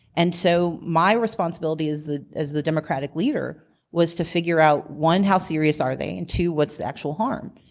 and so my responsibility as the as the democratic leader was to figure out one, how serious are they? and two, what's the actual harm?